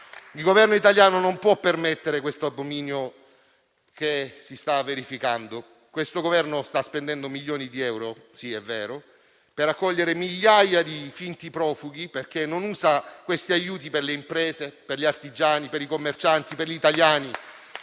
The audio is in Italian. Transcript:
Il Governo italiano non può permettere l'abominio che si sta verificando. L'Esecutivo sta spendendo milioni di euro, sì, è vero, per accogliere migliaia di finti profughi. Perché non usa gli aiuti per le imprese, per gli artigiani, per i commercianti, per gli italiani?